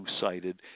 cited